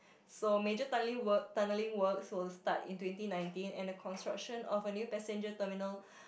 so major tunneling work tunneling works will start in twenty nineteen and the construction of a new passenger terminal